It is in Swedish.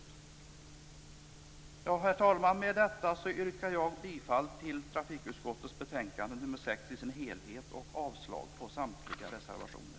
Med detta, herr talman, yrkar jag bifall till utskottets hemställan i trafikutskottets betänkande 6 i dess helhet och avslag på samtliga reservationer.